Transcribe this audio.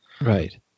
right